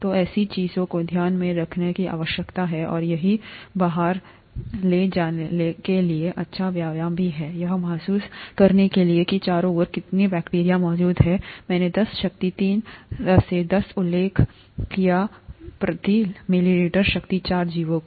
तो ऐसी चीजों को ध्यान में रखने की आवश्यकता है और यह बाहर ले जाने के लिए एक अच्छा व्यायाम भी है यह महसूस करने के लिए कि चारों ओर कितना बैक्टीरिया मौजूद है मैंनेदस शक्ति तीन से दसउल्लेख कियाप्रति मिलीलीटरशक्ति चार जीवों का